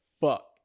Fuck